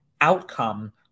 outcome